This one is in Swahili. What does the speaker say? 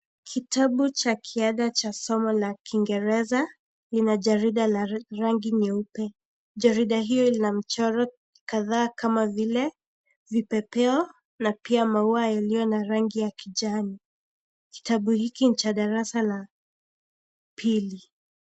Kitabu cha kiada cha somo cha kiingereza, ina jarida la rangi nyeupe, jarida hiyo ina mchoro kadhaa kama vile, vipepeo na pia maua yaliyo na rangi ya kijani. Kitabu hiki ni cha darasa la pili.